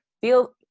feel